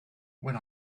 when